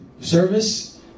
service